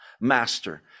master